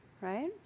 right